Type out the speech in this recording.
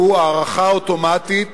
והוא הארכה אוטומטית